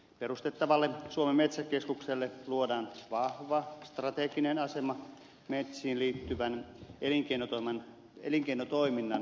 perustettavalle suomen metsäkeskukselle luodaan vahva strateginen asema metsiin liittyvän elinkeinotoiminnan edistämisessä